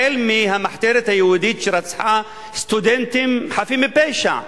החל מהמחתרת היהודית שרצחה סטודנטים חפים מפשע,